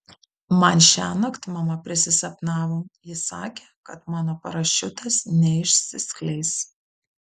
man šiąnakt mama prisisapnavo ji sakė kad mano parašiutas neišsiskleis